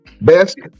Best